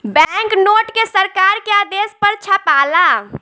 bank note के सरकार के आदेश पर छापाला